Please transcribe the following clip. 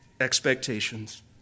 expectations